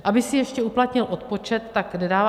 Aby si ještě uplatnil odpočet, tak nedává.